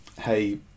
hey